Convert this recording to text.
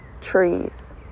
trees